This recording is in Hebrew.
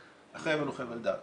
החבל הוא חבל דק.